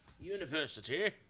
University